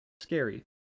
Scary